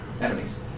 enemies